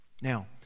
now